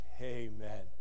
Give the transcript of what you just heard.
amen